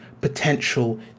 potential